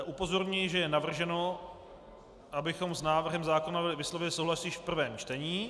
Upozorňuji, že je navrženo, abychom se návrhem zákona vyslovili souhlas již v prvém čtení.